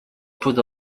put